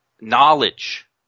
Knowledge